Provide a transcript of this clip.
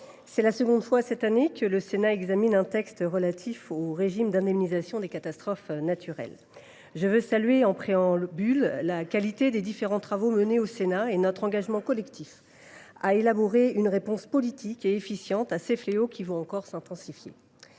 pour la seconde fois cette année, le Sénat examine un texte relatif au régime d’indemnisation des catastrophes naturelles. En préambule, je tiens à saluer la qualité des différents travaux menés au Sénat et notre engagement collectif à élaborer une réponse politique et efficiente à ces fléaux qui vont encore s’intensifier.